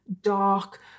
dark